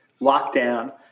lockdown